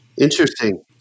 Interesting